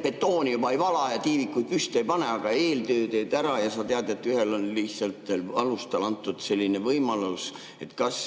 betooni ei vala ja tiivikuid püsti ei pane, aga eeltöö teed ära ja sa tead, et ühele on lihtsatel alustel antud selline võimalus, siis kas